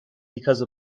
because